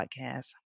podcast